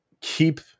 keep